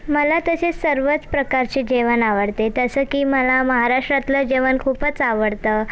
मला तसे सर्वच प्रकारचे जेवण आवडते तसं की मला महाराष्ट्रातलं जेवण खूपच आवडतं